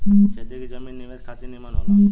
खेती के जमीन निवेश खातिर निमन होला